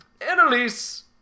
Annalise